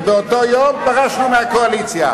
ובאותו יום פרשנו מהקואליציה.